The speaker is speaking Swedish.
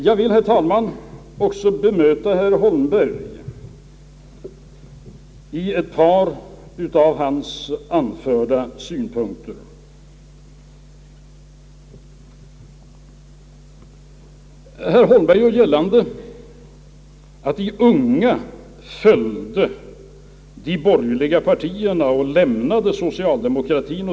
Jag vill, herr talman, också bemöta herr Holmberg när det gäller ett par av hans anförda synpunkter. Herr Holmberg gör gällande att de unga i valet följde de borgerliga partierna och lämnade socialdemokratien.